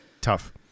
tough